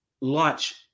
launch